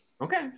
Okay